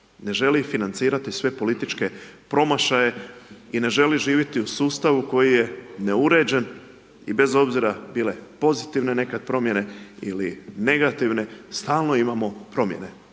Ne želi financirati sve političke promašaje i ne želi živjeti u sustavu koji je neuređen i bez obzira bile pozitivne nekad promjene ili negativne, stalno imamo promjene.